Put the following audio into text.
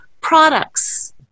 products